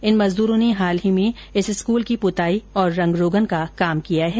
इन मजदूरों ने हाल ही में इस स्कूल की पुताई और रंग रोगन का काम किया है